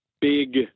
big